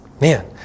man